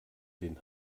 den